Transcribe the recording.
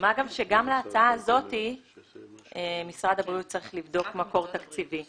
מה גם שגם להצעה הזאת משרד הבריאות צריך לבדוק מקור תקציבי.